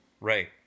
right